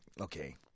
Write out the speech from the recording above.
okay